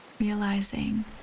realizing